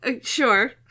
sure